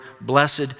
blessed